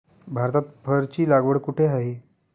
भारतात फरची लागवड कुठे आहे?